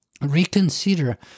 reconsider